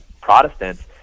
Protestants